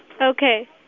Okay